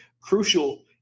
crucial